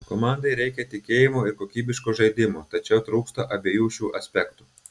komandai reikia tikėjimo ir kokybiško žaidimo tačiau trūksta abiejų šių aspektų